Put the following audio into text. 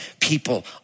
people